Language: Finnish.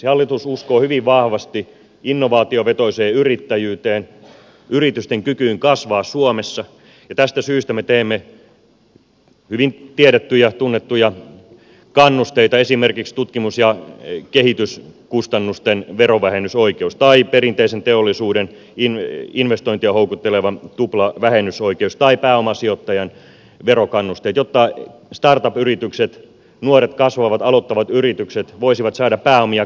hallitus uskoo hyvin vahvasti innovaatiovetoiseen yrittäjyyteen yritysten kykyyn kasvaa suomessa ja tästä syystä me teemme hyvin tiedettyjä tunnettuja kannusteita esimerkiksi tutkimus ja kehityskustannusten verovähennysoikeus tai perinteisen teollisuuden investointeja houkutteleva tuplavähennysoikeus tai pääomasijoittajan verokannuste jotta start up yritykset nuoret kasvavat aloittavat yritykset voisivat saada pääomia kasvaakseen suomessa